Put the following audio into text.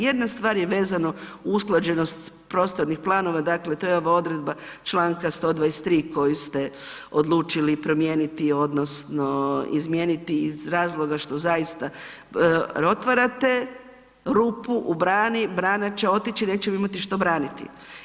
Jedna stvar je vezano usklađenost prostornih planova, dakle to je ova odredba čl. 123. koji ste odlučili promijeniti odnosno izmijeniti iz razloga što zaista otvarate rupu u brani, brana će otići i nećemo imati što braniti.